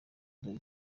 dore